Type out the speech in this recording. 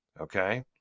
Okay